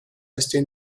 restait